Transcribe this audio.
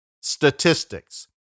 statistics